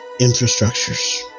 infrastructures